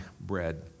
bread